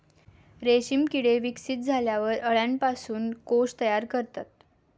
रेशीम किडे विकसित झाल्यावर अळ्यांपासून कोश तयार करतात